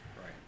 Right